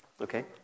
Okay